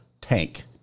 Tank